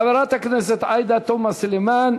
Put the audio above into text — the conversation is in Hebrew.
חברת הכנסת עאידה תומא סלימאן,